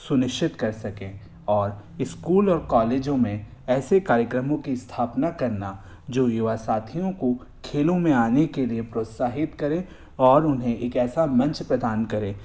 सुनिश्चित कर सकें और इ स्कूल और कॉलेजों में ऐसे कार्यक्रमों की स्थापना करना जो युवा साथियों को खेलों में आने के लिए प्रोत्साहित करे और उन्हें एक ऐसा मंच प्रदान करे